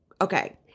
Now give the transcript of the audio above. okay